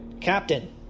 Captain